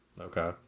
Okay